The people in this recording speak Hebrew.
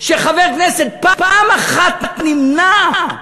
שחבר כנסת פעם אחת נמנע,